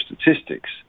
statistics